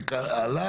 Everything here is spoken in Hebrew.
עמק האלה.